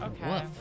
Okay